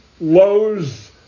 Lowe's